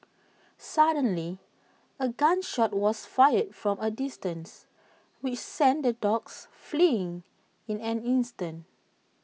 suddenly A gun shot was fired from A distance which sent the dogs fleeing in an instant